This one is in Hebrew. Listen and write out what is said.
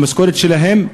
למשכורת שלהם,